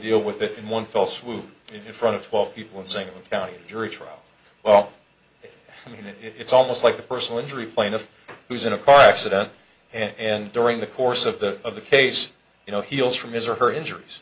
deal with it in one fell swoop in front of twelve people in the same county jury trial well i mean it's almost like a personal injury plaintiff who's in a car accident and during the course of the of the case you know heals from his or her injuries